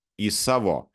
į savo